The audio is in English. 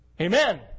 Amen